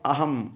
अहं